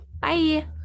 Bye